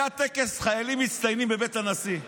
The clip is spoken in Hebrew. היה טקס חיילים מצטיינים בבית הנשיא.